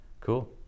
Cool